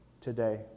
today